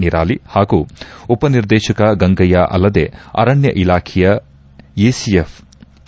ನಿರಾಲಿ ಹಾಗೂ ಉಪನಿರ್ದೇಶಕ ಗಂಗಯ್ಯ ಅಲ್ಲದೇ ಅರಣ್ಯ ಇಲಾಖೆಯ ಎಸಿಎಫ್ ಕೆ